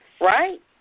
Right